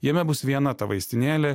jame bus viena ta vaistinėlė